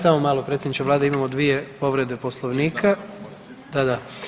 Samo malo predsjedniče Vlade imamo dvije povrede Poslovnika. … [[Upadica se ne razumije.]] Da, da.